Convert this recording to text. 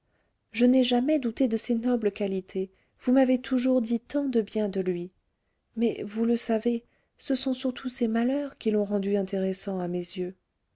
je n'ai jamais douté de ses nobles qualités vous m'avez toujours dit tant de bien de lui mais vous le savez ce sont surtout ses malheurs qui l'ont rendu intéressant à mes yeux